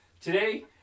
Today